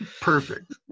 Perfect